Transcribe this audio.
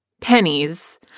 pennies